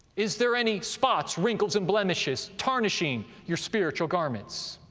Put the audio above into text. is there any spots, wrinkles and blemishes tarnishing your spiritual garments?